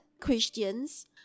Christians